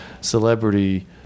celebrity